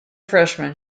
freshman